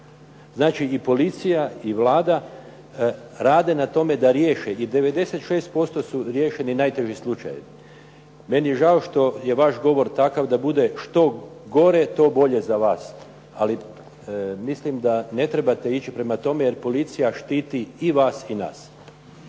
Znači i policija i Vlada rade na tome da riješe i 96% su riješeni najteži slučajevi. Meni je žao što je vaš govor takav da bude što gore to bolje za vas, ali mislim da ne trebate ići prema tome, jer policija štiti i vas i nas.